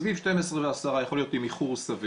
סביב 12:10, יכול להיות עם איחור סביר,